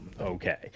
okay